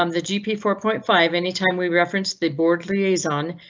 um the jeep four point five anytime we referenced the board liaison,